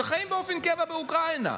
שחיים באופן קבוע באוקראינה,